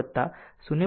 75 વત્તા 0